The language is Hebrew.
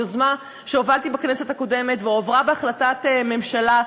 יוזמה שהובלתי בכנסת הקודמת ועברה בהחלטת ממשלה.